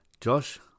Josh